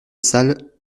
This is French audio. salle